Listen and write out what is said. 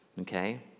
okay